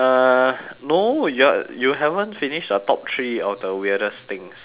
no yo~ you haven't finish the top three of the weirdest things